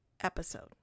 episode